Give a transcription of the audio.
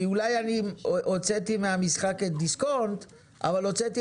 כי אולי אני הוצאתי מהמשחק את דיסקונט אבל הוצאתי